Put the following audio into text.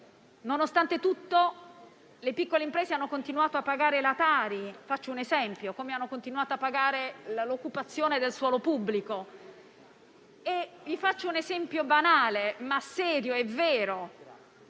Nonostante tutto, le piccole imprese hanno continuato a pagare la Tari, come hanno continuato a pagare l'occupazione del suolo pubblico. Faccio un esempio banale, ma serio e vero.